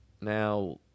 now